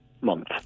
month